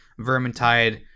Vermintide